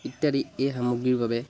ইত্যাদি এই সামগ্ৰীৰ বাবে